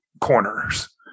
corners